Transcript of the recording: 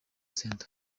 centre